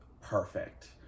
perfect